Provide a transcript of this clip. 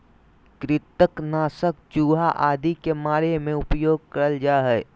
कृंतक नाशक चूहा आदि के मारे मे उपयोग करल जा हल